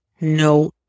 no